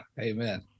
amen